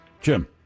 Jim